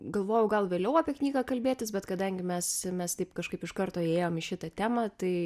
galvojau gal vėliau apie knygą kalbėtis bet kadangi mes mes taip kažkaip iš karto įėjom į šitą temą tai